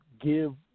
give